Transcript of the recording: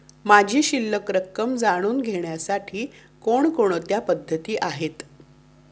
माझी शिल्लक रक्कम जाणून घेण्यासाठी कोणकोणत्या पद्धती आहेत?